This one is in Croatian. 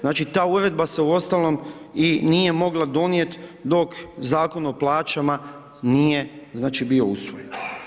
Znači ta uredba se uostalom i nije mogla donijeti dok Zakon o plaćama nije znači bio usvojen.